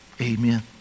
amen